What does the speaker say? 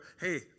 hey